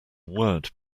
word